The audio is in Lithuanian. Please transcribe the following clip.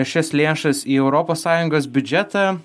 šias lėšas į europos sąjungos biudžetą